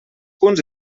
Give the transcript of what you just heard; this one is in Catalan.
punts